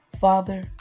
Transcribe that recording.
Father